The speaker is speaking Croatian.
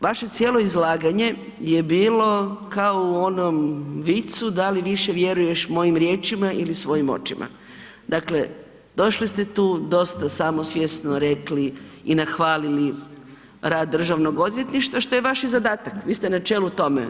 Vaše cijelo izlaganje je bilo kao u onom vicu, da li više vjeruješ mojim riječima ili svojim očima, dakle došli ste tu dosta samosvjesno rekli i nahvalili rad Državnog odvjetništva što je i vaš zadatak, vi ste na čelu tome.